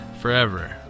forever